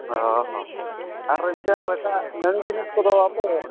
ᱚᱼᱦᱚ ᱟᱨ ᱤᱱᱠᱟᱹ ᱨᱟᱪᱟᱜ ᱱᱟᱹᱲᱤ ᱡᱤᱱᱤᱥ ᱠᱚᱫᱚ ᱵᱟᱯᱮ